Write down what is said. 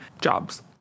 jobs